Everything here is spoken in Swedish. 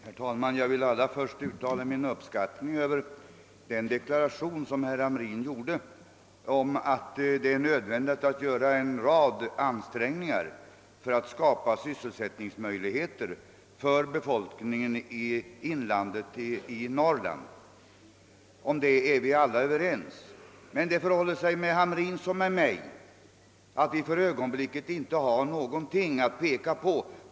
Herr talman! Jag vill allra först uttala min uppskattning av den deklaration som herr Hamrin i Kalmar gjorde, att det är nödvändigt att göra en rad ansträngningar för att skapa sysselsättningsmöjligheter för befolkningen i Norrlands inland. Om detta är vi alla överens. Men det förhåller sig med herr Hamrin som med mig ingen av oss har för ögonblicket något konkret att peka på.